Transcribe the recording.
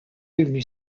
devenu